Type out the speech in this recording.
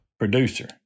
producer